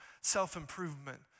self-improvement